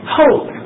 hope